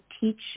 teach